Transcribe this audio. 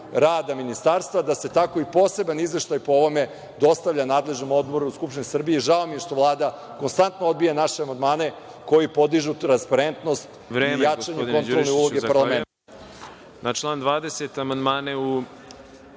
rada ministarstva, da se tako i poseban izveštaj po ovom dostavlja nadležnom odboru Skupštine Srbije i žao mi je što Vlada konstantno odbija naše amandmane koji podižu transparentnost i jačanje kontrolne uloge parlamenta.